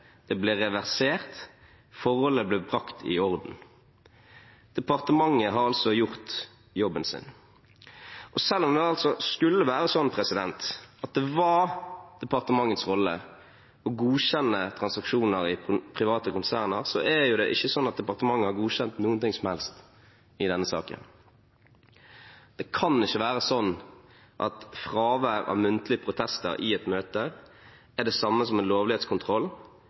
det ble reversert, og forholdet ble brakt i orden. Departementet har altså gjort jobben sin. Selv om det altså skulle være sånn at det var departementets rolle å godkjenne transaksjoner i private konserner, har ikke departementet godkjent noe som helst i denne saken. Det kan ikke være sånn at fravær av muntlige protester i et møte er det samme som en lovlighetskontroll